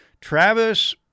Travis